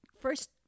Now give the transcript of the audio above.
first